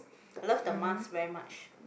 I love the mask very much